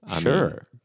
Sure